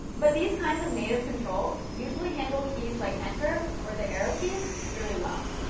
but these kinds of native controls usually handle keys like enter or the arrow keys really well.